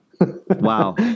Wow